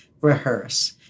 rehearse